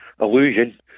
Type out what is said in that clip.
illusion